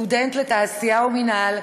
סטודנט לתעשייה ומינהל,